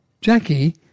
Jackie